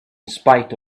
spite